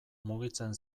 mugitzen